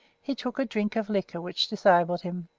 he took a drink of liquor which disabled him,